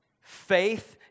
faith